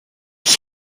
ich